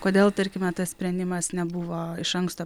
kodėl tarkime tas sprendimas nebuvo iš anksto